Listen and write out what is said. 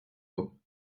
mots